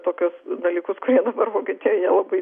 tokius dalykus kurie dabar vokietijoje labai